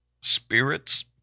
spirits